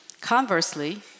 Conversely